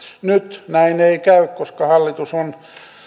nyt näin ei käy koska hallitus on